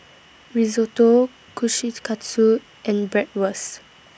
Risotto Kushikatsu and Bratwurst